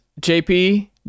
JP